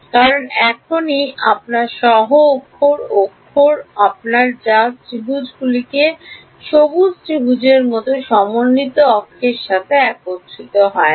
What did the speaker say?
কারণ এখনই আপনার সহ অক্ষ অক্ষ আপনার যা ত্রিভুজগুলি সবুজ ত্রিভুজের মতো সমন্বিত অক্ষের সাথে একত্রিত হয় না